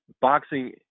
boxing